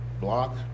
block